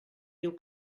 diu